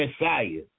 Messiah